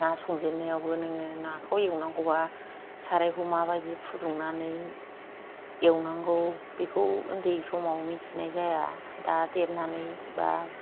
ना संजेन्नायावबो नोङो नाखौ एवनांगौबा सारायखौ माबादि फुदुंनानै एवनांगौ बेखौ उन्दै समाव मिथिनाय जाया दा देरनानै बा